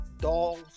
dolls